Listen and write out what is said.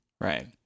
right